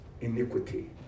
iniquity